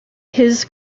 his